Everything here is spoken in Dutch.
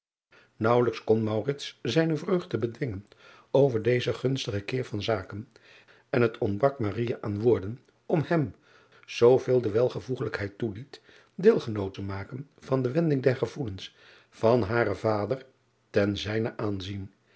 aauwelijks kon zijne vreugde bedwingen over dezen gunstigen keer van zaken en het ontbrak aan woorden om hem zooveel de welvoegelijkheid toeliet deelgenoot te maken van de wending der gevoelens van haren vader ten zijnen aanzien